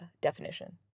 definition